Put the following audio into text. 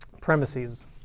premises